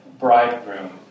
bridegroom